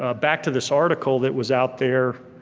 ah back to this article that was out there,